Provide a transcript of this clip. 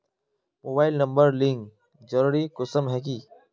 Mobile number link जरुरी कुंसम है की?